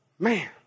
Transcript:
Man